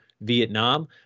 Vietnam